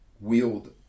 wield